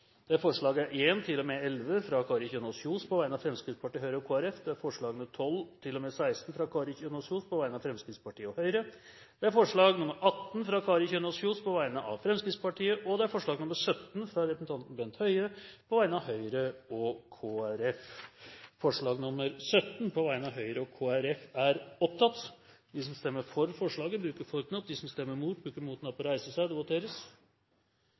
18 forslag. Det er forslagene nr. 1–11, fra Kari Kjønaas Kjos på vegne av Fremskrittspartiet, Høyre og Kristelig Folkeparti forslagene nr. 12–16, fra Kari Kjønaas Kjos på vegne av Fremskrittspartiet og Høyre forslag nr. 18, fra Kari Kjønaas Kjos på vegne av Fremskrittspartiet forslag nr. 17, fra Bent Høie på vegne av Høyre og Kristelig Folkeparti Det voteres over forslag nr. 17, fra Høyre og Kristelig Folkeparti. Forslaget lyder: «Stortinget ber regjeringen gjøre det obligatorisk at alle fastleger deltar i kollegagrupper med fastleger i egen og eventuelt nærliggende kommuner.» Det voteres